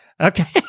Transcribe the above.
Okay